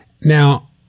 Now